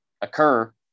occur